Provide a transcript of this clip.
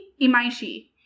Imaishi